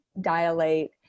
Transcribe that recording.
dilate